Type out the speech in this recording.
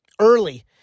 early